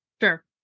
Sure